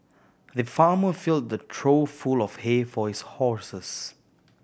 the farmer filled a trough full of hay for his horses